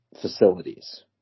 facilities